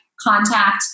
contact